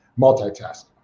multitask